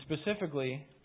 specifically